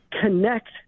connect